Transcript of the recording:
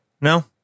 No